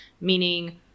meaning